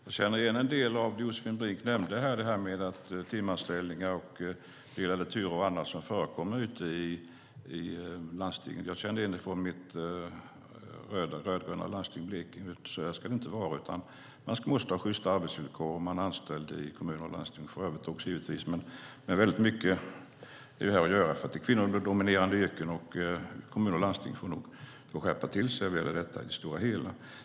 Fru talman! Jag känner igen en del av det som Josefin Brink nämnde om timanställningar och delade turer och annat som förekommer ute i landstingen från det landsting som jag kommer från, nämligen det rödgröna Blekinge. Så ska det inte vara, utan man måste ha sjysta arbetsvillkor om man är anställd i kommuner och landsting, och givetvis också på andra ställen. Väldigt mycket har med den offentliga sektorn att göra för att det är kvinnodominerade yrken som det handlar om, och kommuner och landsting får skärpa till sig i det stora hela när det gäller detta.